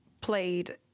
played